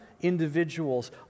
individual's